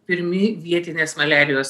pirmi vietinės maliarijos